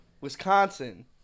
Wisconsin